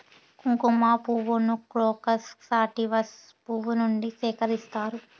కుంకుమ పువ్వును crocus sativus పువ్వు నుండి సేకరిస్తారు